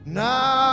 now